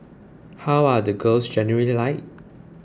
how are the girls generally like